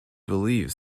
believe